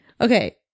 Okay